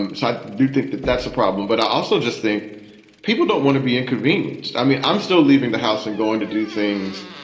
and so i do think that that's a problem. but i also just think people don't want to be inconvenienced. i mean, i'm still leaving the house and going to do things.